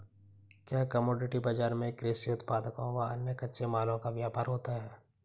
क्या कमोडिटी बाजार में कृषि उत्पादों व अन्य कच्चे मालों का व्यापार होता है?